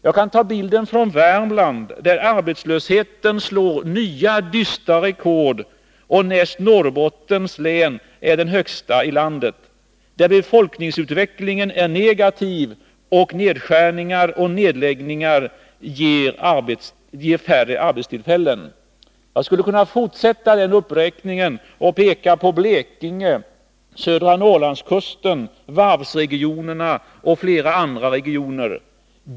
Jag kan nämna Värmland, där arbetslösheten slår nya dystra rekord och näst Norrbottens är den högsta i landet, där befolkningsutvecklingen är negativ och nedskärningar och nedläggningar ger färre arbetstillfällen. Jag skulle kunna fortsätta uppräkningen och peka på Blekinge, södra Norrlandskusten, varvsregionerna och flera andra regioner.